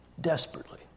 desperately